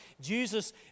Jesus